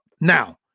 Now